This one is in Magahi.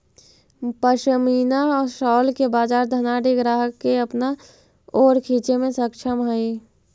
पशमीना शॉल के बाजार धनाढ्य ग्राहक के अपना ओर खींचे में सक्षम हई